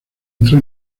entró